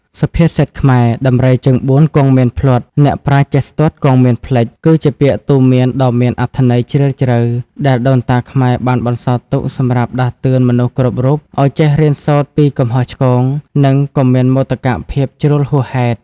សុភាសិតខ្មែរ ដំរីជើងបួនគង់មានភ្លាត់ អ្នកប្រាជ្ញចេះស្ទាត់គង់មានភ្លេច គឺជាពាក្យទូន្មានដ៏មានអត្ថន័យជ្រាលជ្រៅ ដែលដូនតាខ្មែរបានបន្សល់ទុកសម្រាប់ដាស់តឿនមនុស្សគ្រប់រូបឱ្យចេះរៀនសូត្រពីកំហុសឆ្គង និងកុំមានមោទកភាពជ្រុលហួសហេតុ។